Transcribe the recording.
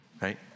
right